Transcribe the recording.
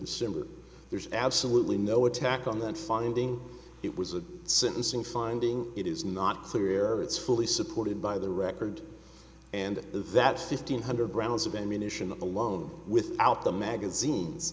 december there's absolutely no attack on that finding it was a sentencing finding it is not clear it's fully supported by the record and that's fifteen hundred rounds of ammunition alone without the magazines